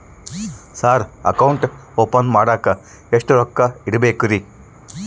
Sir account open ಮಾಡಾಕ ಎಷ್ಟು ರೊಕ್ಕ ಇಡಬೇಕ್ರಿ?